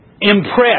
impress